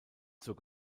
zur